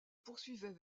poursuivait